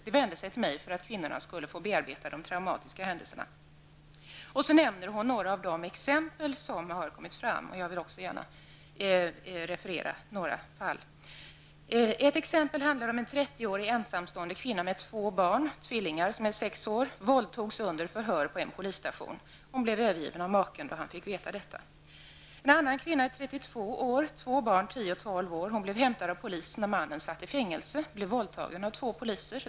De vände sig till mig för att kvinnorna skulle få bearbeta de traumatiska händelserna. Sedan nämner psykologen några av de exempel som har kommit fram, och jag vill också gärna referera några fall. Ett exempel handlar om en trettioårig ensamstående kvinna med två barn, tvillingar, som är sex år. Hon våldtogs under förhör på en polisstation. Hon blev övergiven av maken då han fick veta detta. En annan kvinna på trettiotvå år med två barn på tio och tolv år blev hämtad av polisen när mannen satt i fängelse. Hon blev våldtagen av två poliser.